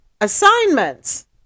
assignments